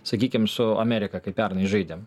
sakykim su amerika kai pernai žaidėm